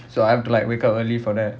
so I have to like wake up early for that